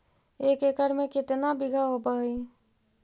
एक एकड़ में केतना बिघा होब हइ?